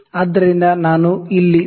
ಆದ್ದರಿಂದ ನಾನು ಇಲ್ಲಿ 0